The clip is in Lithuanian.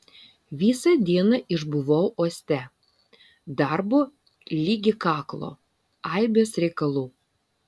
visą dieną išbuvau uoste darbo ligi kaklo aibės reikalų